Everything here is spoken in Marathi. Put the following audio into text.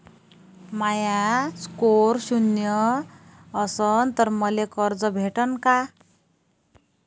माया स्कोर शून्य असन तर मले कर्ज भेटन का?